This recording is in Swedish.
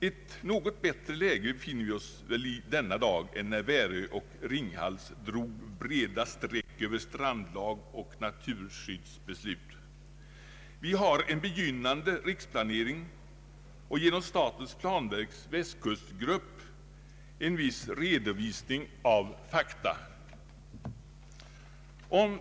Ett något bättre läge befinner vi oss väl i denna dag än när Värö och Ringhals drog breda streck över strandlag och naturskyddsbeslut. Vi har en begynnande riksplanering och genom statens planverks västkustgrupp en viss redovisning av fakta.